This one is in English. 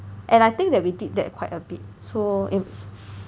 and I think that we did that quite a bit so